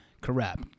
correct